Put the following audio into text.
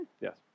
Yes